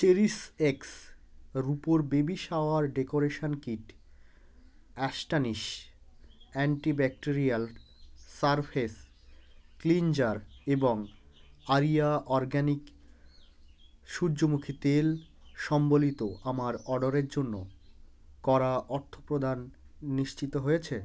cherish X রুপোর baby shower decoration kit Astonish antibacterial surface cleanser এবং Aria organic সূর্যমুখী তেল সম্বলিত আমার অর্ডারের জন্য করা অর্থ প্রদান নিশ্চিত হয়েছে